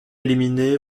éliminé